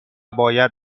باید